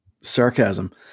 Sarcasm